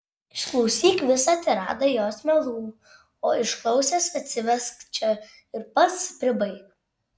išklausyk visą tiradą jos melų o išklausęs atsivesk čia ir pats pribaik